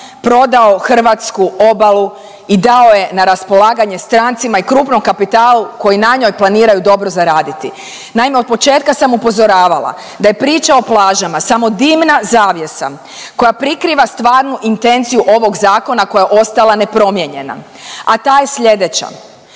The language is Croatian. prodao hrvatsku obalu i dao je na raspolaganje strancima i krupnom kapitalu koji na njoj planiraju dobro zaraditi. Naime, od početka sam upozoravala da je priča o plažama samo dimna zavjesa koja prikriva stvarnu intenciju ovog zakona koja je ostala nepromijenjena, a ta je slijedeća.